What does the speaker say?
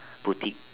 boutique